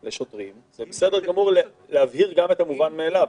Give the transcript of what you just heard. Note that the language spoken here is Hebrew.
זה בסדר גמור להבהיר גם את המובן מאליו,